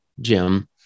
Jim